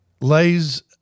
lays